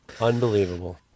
unbelievable